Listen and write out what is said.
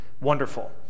wonderful